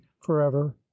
forever